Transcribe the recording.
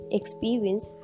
experience